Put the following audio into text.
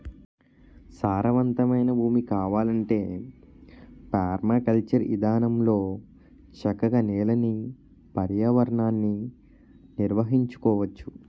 సారవంతమైన భూమి కావాలంటే పెర్మాకల్చర్ ఇదానంలో చక్కగా నేలని, పర్యావరణాన్ని నిర్వహించుకోవచ్చు